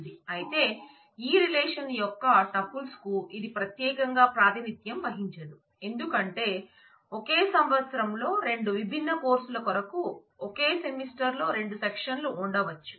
అయితే ఈ రిలేషన్ యొక్క టుపుల్స్ కు ఇది ప్రత్యేకంగా ప్రాతినిధ్యం వహించదు ఎందుకంటే ఒకే సంవత్సరం లో 2 విభిన్న కోర్సుల కొరకు ఒకే సెమిస్టర్ లో 2 సెక్షన్ లు ఉండవచ్చు